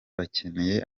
bakeneye